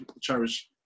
cherish